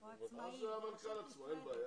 אז את המנכ"ל עצמו, אין בעיה.